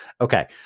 Okay